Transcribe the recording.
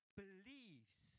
beliefs